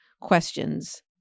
questions